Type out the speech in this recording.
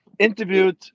Interviewed